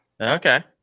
Okay